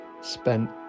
spent